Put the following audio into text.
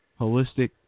Holistic